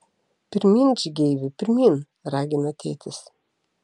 pirmyn žygeivi pirmyn ragina tėtis